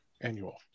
annual